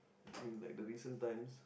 in like the recent times